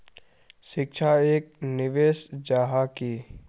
शिक्षा एक निवेश जाहा की?